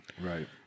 Right